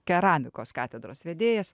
keramikos katedros vedėjas